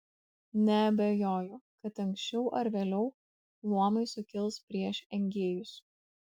neabejoju kad anksčiau ar vėliau luomai sukils prieš engėjus